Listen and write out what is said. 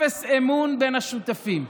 אפס אמון בין השותפים,